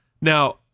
Now